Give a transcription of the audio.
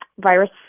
virus